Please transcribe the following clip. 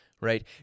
right